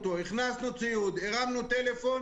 צעיר,